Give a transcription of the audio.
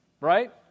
Right